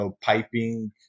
piping